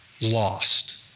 lost